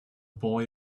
boy